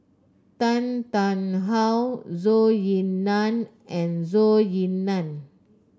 Tan Tarn How Zhou Ying Nan and Zhou Ying Nan